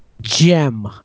gem